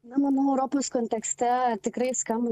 na manau europos kontekste tikrai skam